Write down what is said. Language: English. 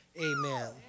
Amen